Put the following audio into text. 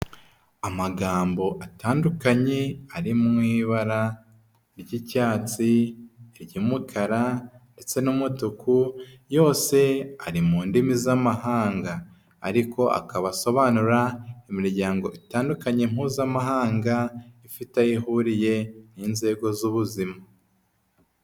Amagambo atandukanye, ari mu ibara ry'icyatsi, ry'umukara, ndetse n'umutuku, yose ari mu ndimi z'amahanga, ariko akaba asobanura imiryango itandukanye mpuzamahanga, ifite aho ihuriye n'inzego z'ubuzima.